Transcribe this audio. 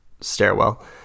stairwell